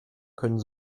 können